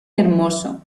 hermoso